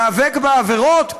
להיאבק בעבירות,